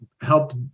help